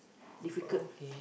difficult